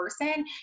person